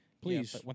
please